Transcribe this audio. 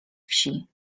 wsi